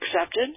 accepted